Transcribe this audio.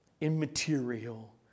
immaterial